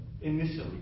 initially